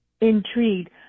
intrigued